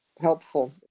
helpful